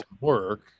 work